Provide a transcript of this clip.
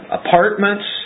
apartments